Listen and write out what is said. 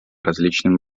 различным